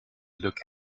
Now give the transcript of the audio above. look